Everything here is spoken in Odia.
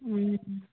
ହୁଁ